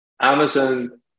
Amazon